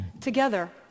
Together